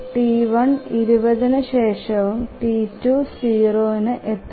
T1 20 ന് ശേഷവും T2 0 ന് എത്തുന്നു